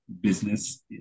business